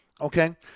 Okay